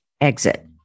exit